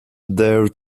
their